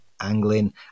angling